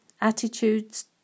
Attitudes